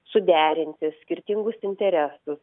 suderinti skirtingus interesus